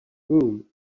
whom